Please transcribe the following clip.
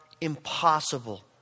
impossible